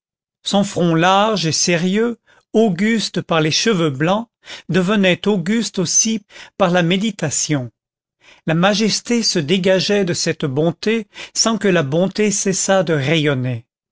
son front large et sérieux auguste par les cheveux blancs devenait auguste aussi par la méditation la majesté se dégageait de cette bonté sans que la bonté cessât de rayonner